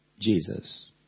Jesus